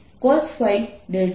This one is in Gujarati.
તો આ પ્રથમ સવાલનો જવાબ છે